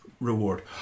reward